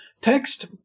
text